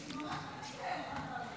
זה ממש מדכא.